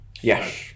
Yes